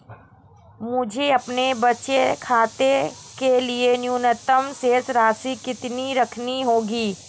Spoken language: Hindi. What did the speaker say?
मुझे अपने बचत खाते के लिए न्यूनतम शेष राशि कितनी रखनी होगी?